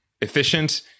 efficient